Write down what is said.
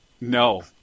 No